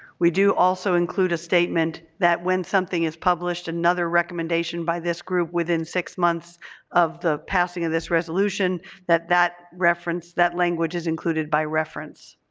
we do also include a statement that when something is published another recommendation by this group within six months of the passing of this resolution that that reference, that language is included by reference.